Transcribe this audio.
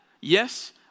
Yes